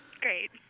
Great